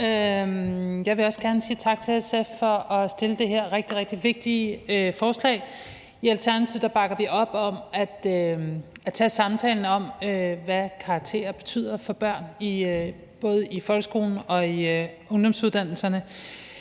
Jeg vil også gerne sige tak til SF for at fremsætte det her rigtig, rigtig vigtige beslutningsforslag. I Alternativet bakker vi op om at tage samtalen om, hvad karakterer betyder for børn både i folkeskolen og i ungdomsuddannelserne.